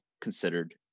considered